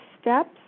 steps